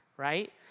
Right